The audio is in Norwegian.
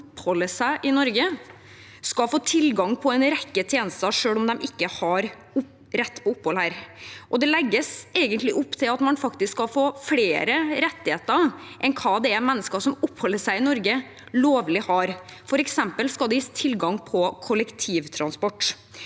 oppholder seg i Norge, skal få tilgang til en rekke tjenester selv om de ikke har rett til opphold. Det legges egentlig opp til at man faktisk skal få flere rettigheter enn det mennesker som oppholder seg i Norge lovlig har. For eksempel skal det gis tilgang til kollektivtransport.